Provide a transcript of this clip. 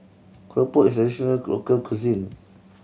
keropok is a traditional local cuisine